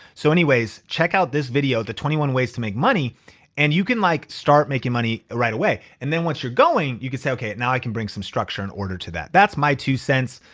so anyways, check out this video, the twenty one ways to make money and you can like start making money right away. and then once you're going you can say, okay, now i can bring some structure and order to that. that's my two cents.